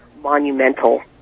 monumental